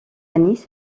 nice